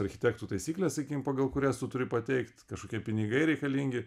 architektų taisyklės sakykim pagal kurias tu turi pateikt kažkokie pinigai reikalingi